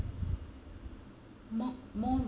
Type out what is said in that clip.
more more